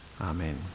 Amen